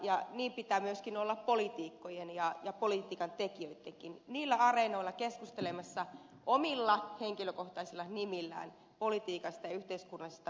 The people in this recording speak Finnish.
ja niin pitää myöskin olla poliitikkojen ja politiikantekijöittenkin niillä areenoilla keskustelemassa omilla henkilökohtaisilla nimillään politiikasta yhteiskunnallisesta vaikuttamisesta